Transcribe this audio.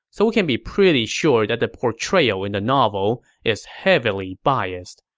so we can be pretty sure that the portrayal in the novel is heavily biased.